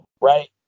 right